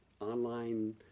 online